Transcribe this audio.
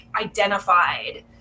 identified